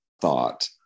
thought